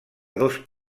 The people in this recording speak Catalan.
dos